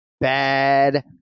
Bad